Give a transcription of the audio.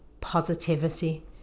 positivity